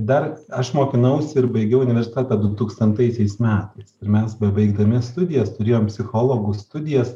dar aš mokinausi ir baigiau universitetą dutūkstantaisiais metais mes bebaigdami studijas turėjom psichologų studijas